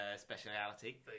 speciality